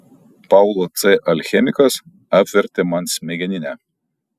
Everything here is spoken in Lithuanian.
paulo c alchemikas apvertė man smegeninę